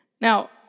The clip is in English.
Now